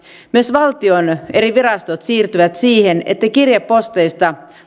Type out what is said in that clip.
myös valtion eri virastot siirtyvät siihen että kirjeposteista